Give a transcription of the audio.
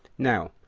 now,